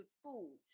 school